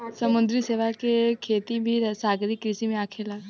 समुंद्री शैवाल के खेती भी सागरीय कृषि में आखेला